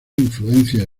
influencias